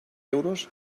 euros